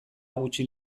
gutxi